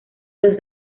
los